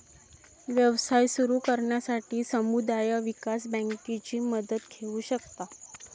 व्यवसाय सुरू करण्यासाठी समुदाय विकास बँकेची मदत घेऊ शकता